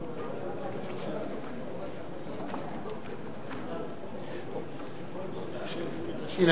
הנה,